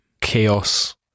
chaos